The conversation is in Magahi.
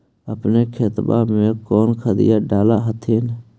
अपने खेतबा मे कौन खदिया डाल हखिन?